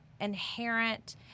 inherent